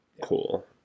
cool